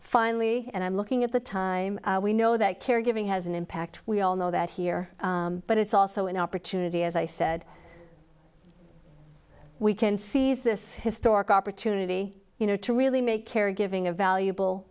finally and i'm looking at the time we know that caregiving has an impact we all know that here but it's also an opportunity as i said we can seize this historic opportunity you know to really make caregiving a valuable